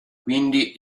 quindi